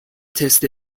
تست